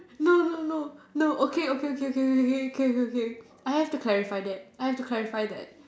no no no no okay okay okay K K K K K K okay okay I have to clarify that I have to clarify that